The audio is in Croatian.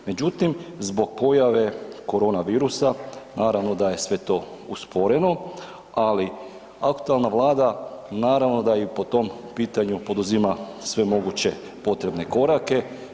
Međutim, zbog pojave korona virusa naravno da je sve to usporeno, ali aktualna vlada naravno da i po tom pitanju poduzima sve moguće potrebne korake.